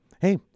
hey